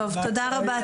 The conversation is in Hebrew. תודה רבה צופית.